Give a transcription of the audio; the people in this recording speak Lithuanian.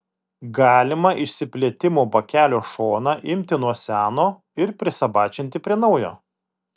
galima išsiplėtimo bakelio šoną imti nuo seno ir prisabačinti prie naujo